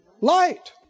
light